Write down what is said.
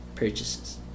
purchases